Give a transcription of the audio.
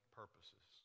purposes